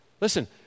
Listen